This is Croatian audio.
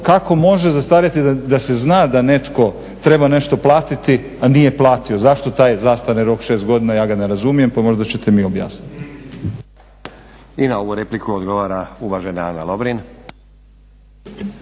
Kako može zastarjeti da se zna da netko treba nešto platiti, a nije platio? Zašto taj zastarni rok od 6 godina, ja ga ne razumijem pa možda ćete mi objasniti. **Stazić, Nenad (SDP)** I na ovu repliku odgovara uvažena Ana Lovrin.